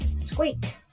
Squeak